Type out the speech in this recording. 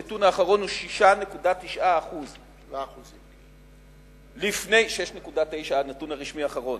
הנתון האחרון הוא 6.9%. 7%. 6.9% הנתון הרשמי האחרון.